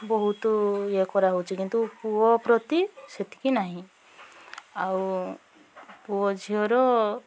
ବହୁତ ଇଏ କରା ହେଉଛି କିନ୍ତୁ ପୁଅ ପ୍ରତି ସେତିକି ନାହିଁ ଆଉ ପୁଅ ଝିଅର